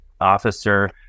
officer